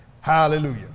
Hallelujah